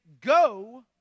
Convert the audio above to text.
go